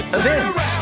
events